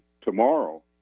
tomorrow